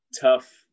tough